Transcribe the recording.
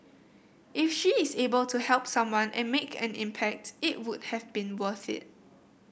if she is able to help someone and make an impact it would have been worth it